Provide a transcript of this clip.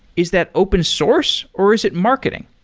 is that open source or is it marketing?